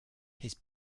his